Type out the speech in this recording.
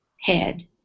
head